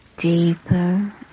deeper